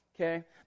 Okay